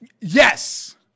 Yes